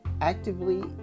actively